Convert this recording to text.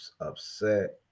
upset